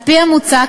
על-פי המוצע,